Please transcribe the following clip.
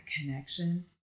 connection